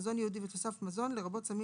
מזון ייעודי ותוסף מזון לרבות סמים